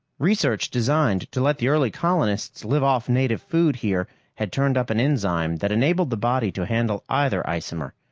research designed to let the early colonists live off native food here had turned up an enzyme that enabled the body to handle either isomer.